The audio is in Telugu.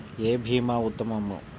ఏ భీమా ఉత్తమము?